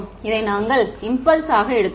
இதை நாங்கள் இம்பல்ஸ் ஆக எடுத்தோம்